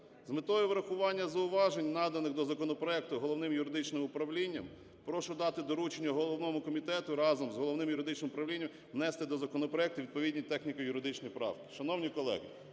з метою врахування зауважень, наданих до законопроекту Головним юридичним управлінням, прошу дати доручення головному комітету разом з Головним юридичним управлінням внести до законопроекту відповідні техніко-юридичні правки. Шановні колеги,